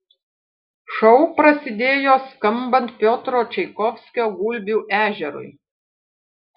šou prasidėjo skambant piotro čaikovskio gulbių ežerui